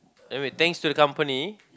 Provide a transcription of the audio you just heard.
anyway thanks for your company